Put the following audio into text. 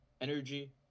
energy